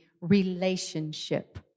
Relationship